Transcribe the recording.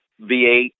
V8